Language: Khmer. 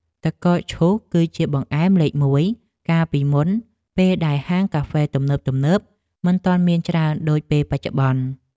ទឹកកកឈូសគឺជាបង្អែមលេខមួយកាលពីមុនពេលដែលហាងកាហ្វេទំនើបៗមិនទាន់មានច្រើនដូចពេលបច្ចុប្បន្ន។